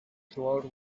throughout